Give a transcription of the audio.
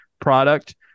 product